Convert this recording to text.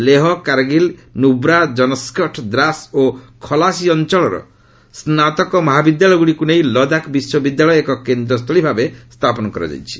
ଲେହ କାର୍ଗିଲ୍ ନୁବ୍ରା ଜନ୍ସ୍କଟ୍ ଦ୍ରାସ୍ ଓ ଖଲାସୀ ଅଞ୍ଚଳର ସ୍ନାତକ ମହାବିଦ୍ୟାଳୟଗୁଡ଼ିକୁ ନେଇ ଲଦାଖ୍ ବିଶ୍ୱବିଦ୍ୟାଳୟ ଏକ କେନ୍ଦ୍ରସ୍ଥଳୀ ଭାବେ ସ୍ଥାପନ କରାଯାଇଛି